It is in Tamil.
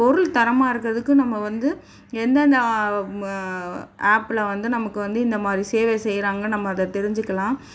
பொருள் தரமாக இருக்கிறதுக்கு நம்ம வந்து எந்தெந்த ஆப்பில் வந்து நமக்கு வந்து இந்த மாதிரி சேவை செய்கிறாங்க நம்ம அதை தெரிஞ்சுக்கலாம்